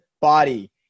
body